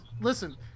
Listen